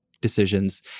decisions